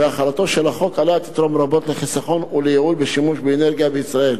והחלתו של החוק עליה תתרום רבות לחיסכון ולייעול בשימוש באנרגיה בישראל.